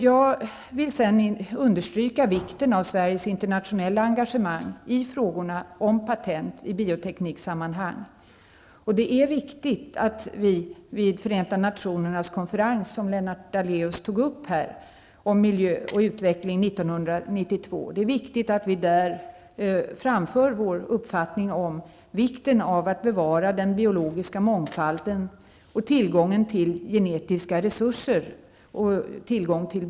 Jag vill sedan understryka vikten av Sveriges internationella engagemang i frågorna om patent i biotekniksammanhang. Det är viktigt att vi vid Förenta nationernas konferens om miljö och utveckling 1992, som Lennart Daléus tog upp, framför vår uppfattning om vikten av att man bevarar den biologiska mångfalden och tillgången till genetiska resurser och biotekniken.